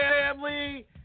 family